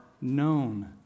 known